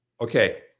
okay